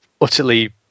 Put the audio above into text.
utterly